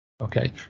Okay